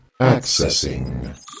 Accessing